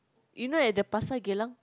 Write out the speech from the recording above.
you know at the Pasar-Geylang